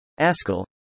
Askel